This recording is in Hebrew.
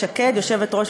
שפרש מתפקידו לא מזמן,